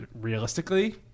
realistically